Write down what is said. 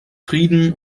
frieden